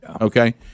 okay